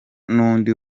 n’undi